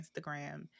Instagram